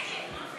לשנת הכספים